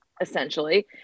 essentially